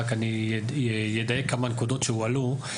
רק אני אדייק כמה נקודות שעלו,